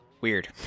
Weird